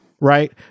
right